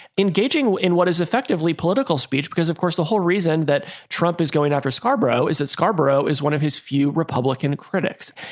engaging in what is effectively political speech, because, of course, the whole reason that trump is going after scarbro is that scarbro is one of his few republican critics.